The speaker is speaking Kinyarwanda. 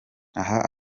aha